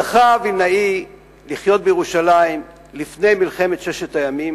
זכה וילנאי לחיות בירושלים לפני מלחמת ששת הימים